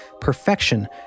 perfection